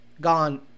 gone